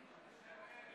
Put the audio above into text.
להלן תוצאות